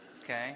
okay